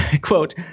Quote